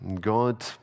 God